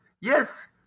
yes